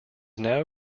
now